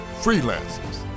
freelancers